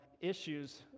issues